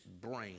brain